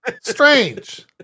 Strange